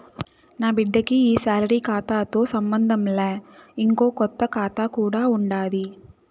నాబిడ్డకి ఈ సాలరీ కాతాతో సంబంధంలా, ఇంకో కొత్త కాతా కూడా ఉండాది